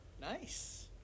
Nice